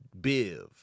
Biv